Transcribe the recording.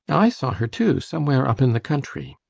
i saw her, too, somewhere up in the country.